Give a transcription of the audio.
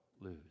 lose